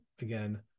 again